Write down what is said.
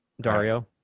Dario